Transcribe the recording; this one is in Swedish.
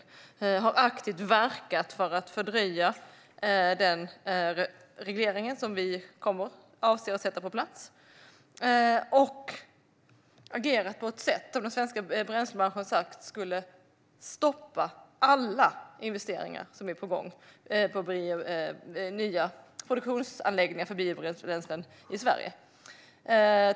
Sverigedemokraterna har aktivt verkat för att fördröja den reglering som vi avser att sätta på plats och har agerat på ett sätt som den svenska bränslebranschen har sagt skulle stoppa alla investeringar som är på gång när det gäller nya produktionsanläggningar för biobränslen i Sverige.